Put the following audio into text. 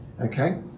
Okay